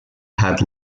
had